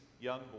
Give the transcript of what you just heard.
young